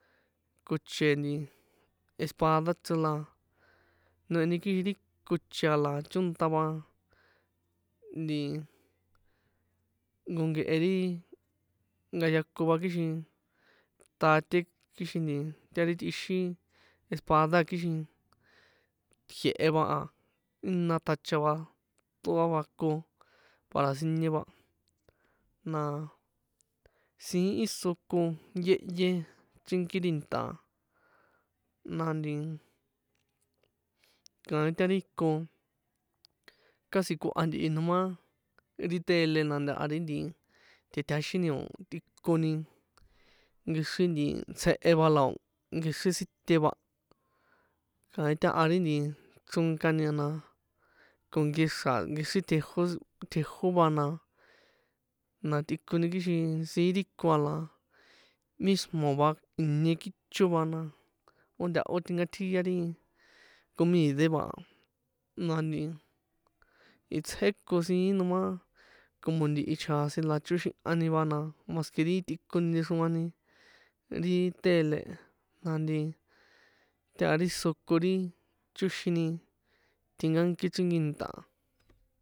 Koche espada chro, la noheni kixin ri koche a la chónta va nti nko kehe ri nkayakon va kixin ṭate kixin ti ta ri tꞌixin espada kixin jie̱he va a, jína tjacha va tꞌoan va ko para sinie va na siín íso ko yéhyé, chrínki ri nta̱ a, na nti kaín ta ri ko casi koha ntihi noma ri tele na ntaha ri nti tꞌitjaxini o̱ tꞌikoni nkexrí nti tsjehe va, la o̱ nkexri site va, kaín taha ri nti chronkani a na ko nkexra̱ nkexrí tjejó, tjejó va na, na tꞌikoni kixin siín ri ko a la mismo va inie kicho va na, ó ntahó tinkatjia ri comide va a, na nti itsjé ko siín noma como ntihi chjasin la chóxihani va, na ó más ke ri tꞌikoni nchexroani ri tele e, na nti taha ri so ko ri chóxini tjinkánki chrínki nta̱ a.